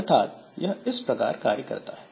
अर्थात यह इस प्रकार कार्य करता है